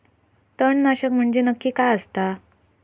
तणनाशक म्हंजे नक्की काय असता?